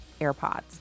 AirPods